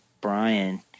Brian